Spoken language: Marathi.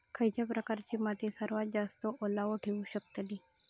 खयच्या प्रकारची माती सर्वात जास्त ओलावा ठेवू शकतली?